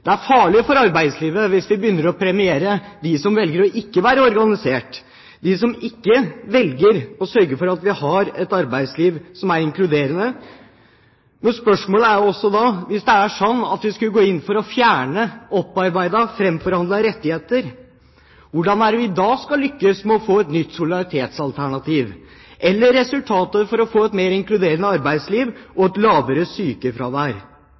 Det er farlig for arbeidslivet hvis man begynner å premiere dem som velger ikke å være organisert, dem som ikke velger å sørge for at vi har et arbeidsliv som er inkluderende. Men spørsmålet er også, hvis det er slik at vi skulle gå inn for å fjerne opparbeidede, framforhandlede rettigheter, hvordan vi da skal lykkes med å få et nytt solidaritetsalternativ eller som resultat et mer inkluderende arbeidsliv og et lavere sykefravær.